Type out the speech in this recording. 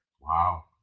Wow